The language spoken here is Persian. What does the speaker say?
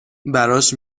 براش